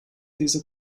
diese